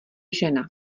žena